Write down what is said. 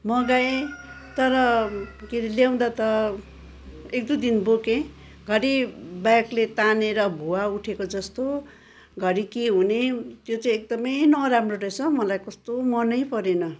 मगाएँ तर के अरे ल्याउँदा त एक दुई दिन बोकेँ घरी ब्यागले तानेर भुवाँ उठेको जस्तो घरी के हुने त्यो चाहिँ एकदमै नराम्रो रहेछ मलाई कस्तो मनै परेन